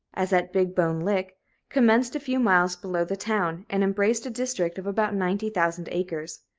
as at big bone lick commenced a few miles below the town, and embraced a district of about ninety thousand acres.